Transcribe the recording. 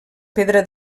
pedra